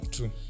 True